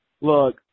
Look